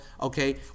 Okay